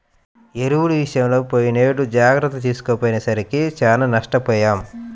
ఎరువుల విషయంలో పోయినేడు జాగర్తలు తీసుకోకపోయేసరికి చానా నష్టపొయ్యాం